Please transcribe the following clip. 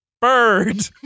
bird